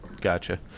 gotcha